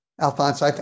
Alphonse